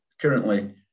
currently